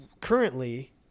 currently